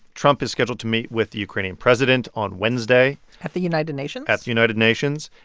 trump is scheduled to meet with the ukrainian president on wednesday at the united nations at the united nations.